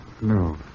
No